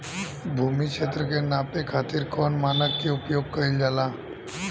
भूमि क्षेत्र के नापे खातिर कौन मानक के उपयोग कइल जाला?